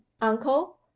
uncle